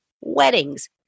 weddings